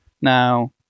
now